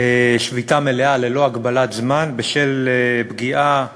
שביתה מלאה, ללא הגבלת זמן, בשל פגיעה